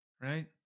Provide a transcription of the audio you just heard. right